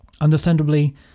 Understandably